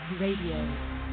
Radio